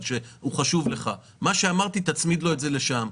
ואמרתי שתצמיד לו את זה לשם.